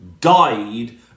died